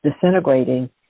Disintegrating